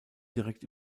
direkt